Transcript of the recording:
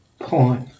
point